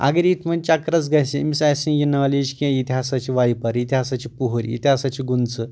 اگر ییٚتہِ وۄنۍ چکرس گژھِ أمس آسہِ نہٕ یہِ نالیج کینٛہہ ییٚتہِ ہسا چھِ وایپر ییٚتہِ ہسا چھِ پُہٕرۍ ییٚتہِ ہسا چھِ گُنسہٕ